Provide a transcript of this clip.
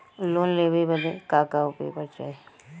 Loan लेवे बदे का का पेपर चाही?